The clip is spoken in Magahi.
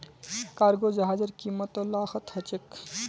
कार्गो जहाजेर कीमत त लाखत ह छेक